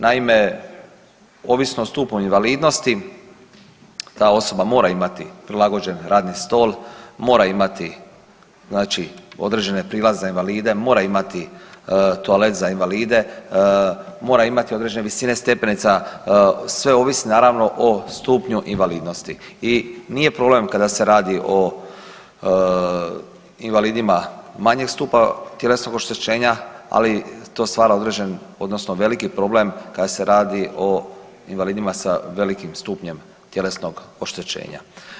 Naime, ovisno o stupnju invalidnosti ta osoba mora imati prilagođen radni stol, mora imati znači određene prilaze za invalide, mora imati toalet za invalide, mora imati određene visine stepenica, sve ovisi naravno o stupnju invalidnosti i nije problem kada se radi o invalidima manjeg stupnja tjelesnog oštećenja, ali to stvara određen odnosno veliki problem kada se radi o invalidima sa velikim stupnjem tjelesnog oštećenja.